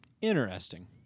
Interesting